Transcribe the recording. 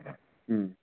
اۭں